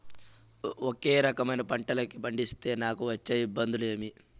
ఒకే రకమైన పంటలని పండిస్తే నాకు వచ్చే ఇబ్బందులు ఏమి?